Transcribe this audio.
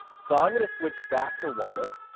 so i'm going to switch back to onenote.